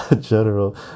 General